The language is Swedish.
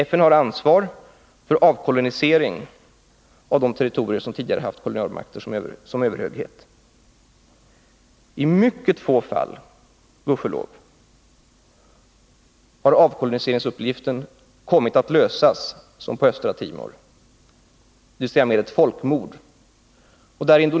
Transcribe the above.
FN har ansvaret för avkoloniseringen av de territorier som tidigare haft kolonialmakter som överhöghet. I mycket få fall har, gudskelov, avkoloniseringsuppgiften kommit att lösas som på Östra Timor, dvs. med ett folkmord.